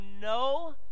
no